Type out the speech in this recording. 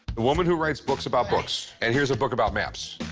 the woman who writes books about books, and here's a book about maps.